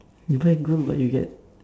you buy gold but you get